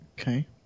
Okay